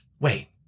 wait